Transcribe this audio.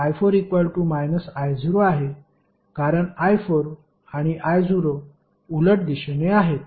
आता आपण हे मेष पाहिल्यास i4 I0 आहे कारण i4 आणि I0 उलट दिशेने आहेत